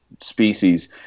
species